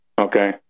Okay